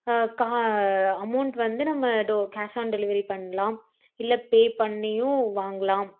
கா அமோண்ட் வந்து நம்ம டோ கேஷ் ஆன் டெலிவரி பண்ணலாம் இல்லை பே பண்ணியும் வாங்கலாம்